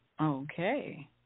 Okay